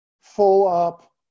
full-up